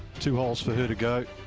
two holes for her to go.